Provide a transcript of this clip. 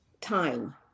Time